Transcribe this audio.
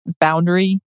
boundary